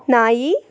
ನಾಯಿ